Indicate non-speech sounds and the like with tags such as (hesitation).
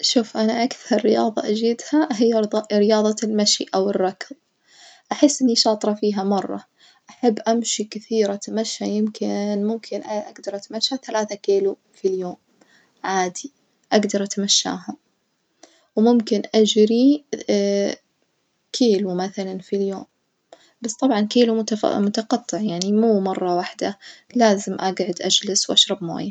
شوف أنا أكثر رياظة أجيدها هي رضا رياضة المشي أو الركظ، أحس إني شاطرة فيها مرة، أحب أمشي كثير أتمشي يمكن ممكن (hesitation) أجدر أتمشى ثلاثة كيلو في اليوم عادي أجدر أتمشاهم، وممكن أجري (hesitation) كيلو مثلًا في اليوم، بس طبعًا كيلو متف متقطع يعني مو مرة واحدة لازم أجعد أجلس وأشرب موية.